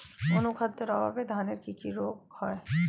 অনুখাদ্যের অভাবে ধানের কি কি রোগ হয়?